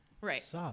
Right